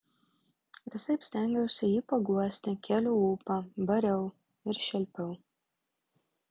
visaip stengiausi jį paguosti kėliau ūpą bariau ir šelpiau